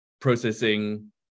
processing